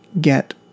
get